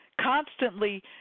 constantly